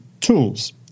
tools